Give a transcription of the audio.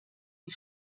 die